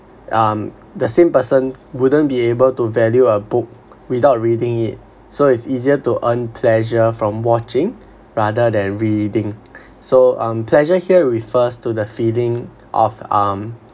um the same person wouldn't be able to value a book without reading it so it's easier to earn pleasure from watching rather than reading so um pleasure here refers to the feeling of um